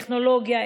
טכנולוגיה,